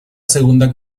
segunda